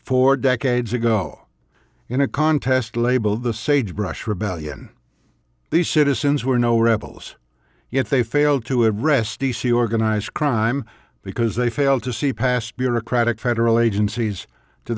four decades ago in a contest labeled the sagebrush rebellion the citizens were no rebels yet they failed to address d c organized crime because they failed to see past bureaucratic federal agencies to